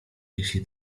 jeśli